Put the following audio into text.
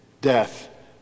death